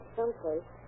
someplace